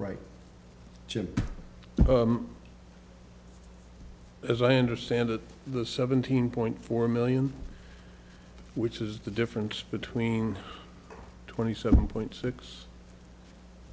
right jim as i understand it the seventeen point four million which is the difference between twenty seven point six